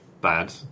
bad